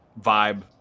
vibe